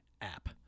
app